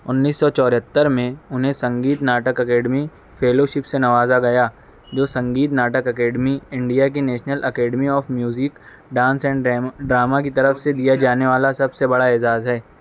انیس سو چوہتر میں انہیں سنگیت ناٹک اکیڈمی فیلوشپ سے نوازا گیا جو سنگیت ناٹک اکیڈمی انڈیا کی national academy of music dance and demo drama drama کی طرف سے دیا جانے والا سب سے بڑا اعزاز ہے